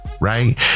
right